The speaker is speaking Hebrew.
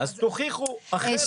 אז תוכיחו אחרת.